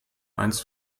eins